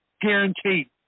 Guaranteed